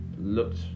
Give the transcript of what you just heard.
looked